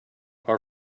are